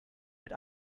mit